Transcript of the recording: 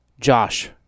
Josh